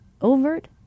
overt